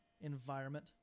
environment